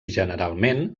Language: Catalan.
generalment